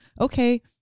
okay